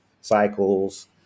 cycles